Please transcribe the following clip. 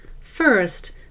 First